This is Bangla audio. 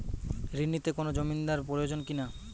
ঋণ নিতে কোনো জমিন্দার প্রয়োজন কি না?